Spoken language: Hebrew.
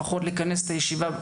לפחות לכנס את הישיבה,